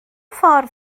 ffordd